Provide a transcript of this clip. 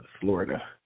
Florida